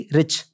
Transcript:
rich